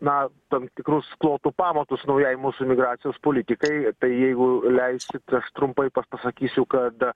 na tam tikrus klotų pamatus naujai mūsų imigracijos politikai tai jeigu leisit aš trumpai pasakysiu kad